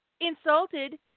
insulted